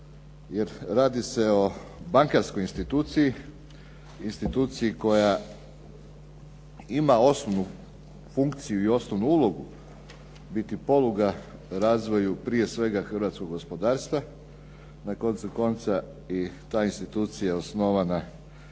radi se o bankarskoj instituciji, instituciji koja ima osnovnu funkciju i osnovnu ulogu biti poluga razvoju prije svega hrvatskog gospodarstva, na koncu konca i ta institucija je osnovana